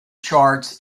charts